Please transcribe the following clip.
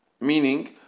Meaning